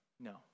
No